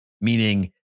Meaning